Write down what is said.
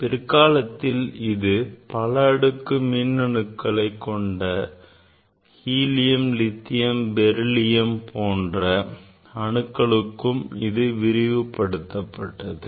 பிற்காலத்தில் இது பல அடுக்கு மின் அணுக்களை கொண்ட ஹீலியம் லித்தியம் பெரிலியம் போன்ற அணுக்களுக்கும் இது விரிவு படுத்தப்பட்டது